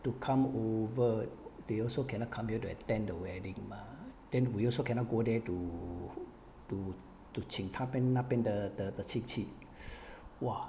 to come over they also cannot come here to attend the wedding mah then we also cannot go there to to to 请他边那边的亲戚 !wah!